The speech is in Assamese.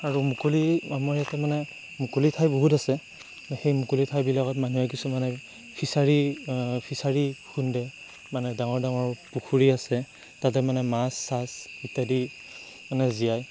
আৰু মুকলি আমাৰ ইয়াতে মানে মুকলি ঠাই বহুত আছে সেই মুকলি ঠাইবিলাকত মানুহে কিছুমানে ফিছাৰী ফিছাৰী খান্দে মানে ডাঙৰ ডাঙৰ পুখুৰী আছে তাতে মানে মাছ চাছ ইত্যাদি মানে জিয়াই